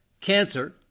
cancer